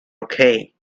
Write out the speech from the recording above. okay